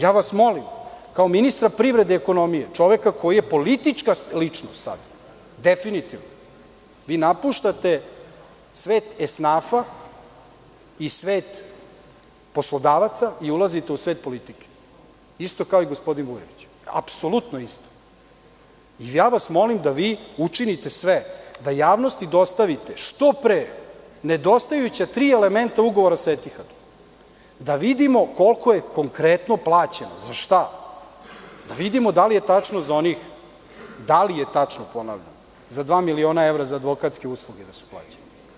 Ja vas molim kao ministra privrede i ekonomije, čoveka koji je politička ličnost sad, definitivno, vi napuštate svet esnafa i svet poslodavaca i ulazite u svet politike, isto kao i gospodin Vujović, apsolutno isto, da vi učinite sve da javnosti dostavite što pre nedostajuća tri elementa ugovora sa „Etihadom“, da vidimo koliko je konkretno plaćeno za šta, da vidimo da li je tačno za dva miliona evra za advokatske usluge da su plaćene.